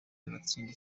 bagatsinda